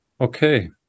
okay